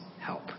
help